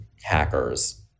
hackers